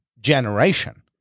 generation